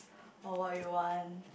or what you want